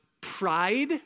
pride